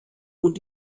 und